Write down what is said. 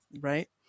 right